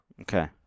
Okay